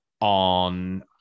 on